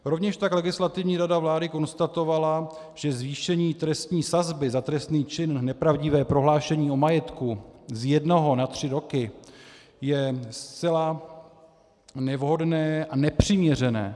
Rovněž tak Legislativní rada vlády konstatovala, že zvýšení trestní sazby za trestný čin nepravdivé prohlášení o majetku z jednoho na tři roky je zcela nevhodné a nepřiměřené.